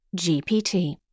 GPT